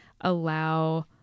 allow